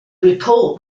report